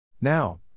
Now